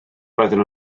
roeddwn